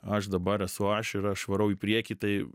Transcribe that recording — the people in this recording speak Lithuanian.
aš dabar esu aš ir aš varau į priekį tai